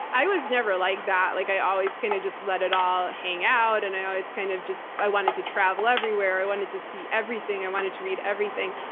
i was never like that. like i always kind of just let it all hang out, and i always kind of just, i wanted to travel everywhere, i wanted to see everything, i wanted to read everything.